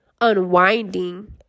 unwinding